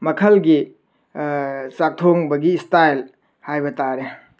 ꯃꯈꯜꯒꯤ ꯆꯥꯛꯊꯣꯡꯕꯒꯤ ꯁ꯭ꯇꯥꯏꯜ ꯍꯥꯏꯕꯇꯥꯔꯦ